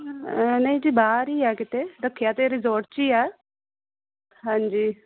ਨਹੀਂ ਜੀ ਬਾਹਰ ਹੀ ਆ ਕਿਤੇ ਰੱਖਿਆ ਤਾਂ ਰਿਜੋਰਟ 'ਚ ਹੀ ਆ ਹਾਂਜੀ